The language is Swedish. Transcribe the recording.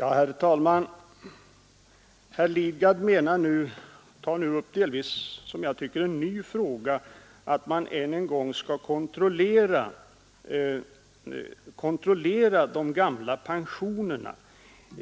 Herr talman! Herr Lidgard tar nu upp en, som jag tycker, delvis ny fråga, nämligen att man än en gång skall kontrollera de gamla pensionerna.